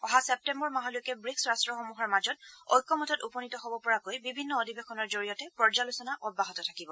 অহা চেপ্তেঘৰ মাহলৈকে ব্ৰিক্স ৰাট্টসমূহৰ মাজত ঐক্যমতত উপনীত হ'ব পৰাকৈ বিভিন্ন অধিৱেশনৰ জৰিয়তে পৰ্যালোচনা অব্যাহত থাকিব